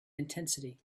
intensity